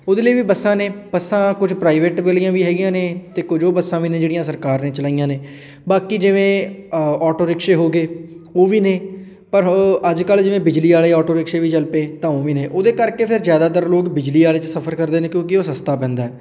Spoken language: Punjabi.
ਉਹਦੇ ਲਈ ਵੀ ਬੱਸਾਂ ਨੇ ਬੱਸਾਂ ਕੁਝ ਪ੍ਰਾਈਵੇਟ ਵਾਲੀਆਂ ਵੀ ਹੈਗੀਆਂ ਨੇ ਅਤੇ ਕੁਝ ਉਹ ਬੱਸਾਂ ਵੀ ਨੇ ਜਿਹੜੀਆਂ ਸਰਕਾਰ ਨੇ ਚਲਾਈਆਂ ਨੇ ਬਾਕੀ ਜਿਵੇਂ ਔਟੋ ਰਿਕਸ਼ੇ ਹੋ ਗਏ ਉਹ ਵੀ ਨੇ ਪਰ ਅ ਅੱਜ ਕੱਲ੍ਹ ਜਿਵੇਂ ਬਿਜਲੀ ਵਾਲੇ ਔਟੋ ਰਿਕਸ਼ੇ ਵੀ ਚੱਲ ਪਏ ਤਾਂ ਉਹ ਵੀ ਨੇ ਉਹਦੇ ਕਰਕੇ ਫਿਰ ਜ਼ਿਆਦਾਤਰ ਲੋਕ ਬਿਜਲੀ ਵਾਲੇ 'ਚ ਸਫ਼ਰ ਕਰਦੇ ਨੇ ਕਿਉਂਕਿ ਉਹ ਸਸਤਾ ਪੈਂਦਾ